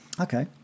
Okay